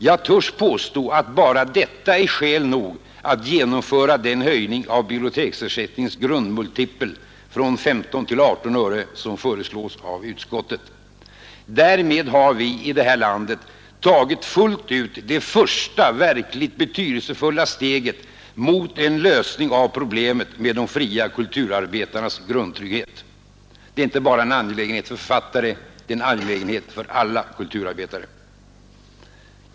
Jag törs påstå att bara detta är skäl nog att genomföra den höjning av biblioteksersättningens grundmultipel från 15 till 18 öre som föreslås av utskottet. Därmed har vi tagit fullt ut det första verkligt betydelsefulla steget mot en lösning av problemet med de fria kulturarbetarnas grundtrygghet. Det är inte bara en angelägenhet för författare, det är en angelägenhet för alla kulturarbetare.